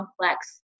complex